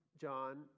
John